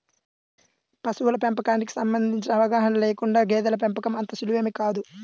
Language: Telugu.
పశువుల పెంపకానికి సంబంధించిన అవగాహన లేకుండా గేదెల పెంపకం అంత సులువేమీ కాదు